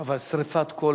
אבל שרפת כל